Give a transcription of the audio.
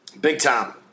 Big-time